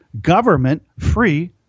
government-free